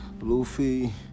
Luffy